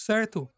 Certo